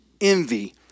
envy